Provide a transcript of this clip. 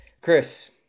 chris